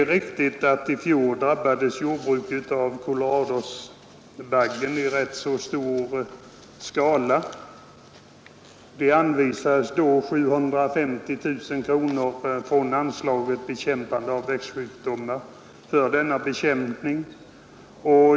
Jordbruket drabbades i fjol av en invasion av koloradoskalbaggen och det anvisades då 750 000 kronor från anslaget Bekämpande av växtsjukdomar för denna bekämpning.